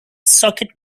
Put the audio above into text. socket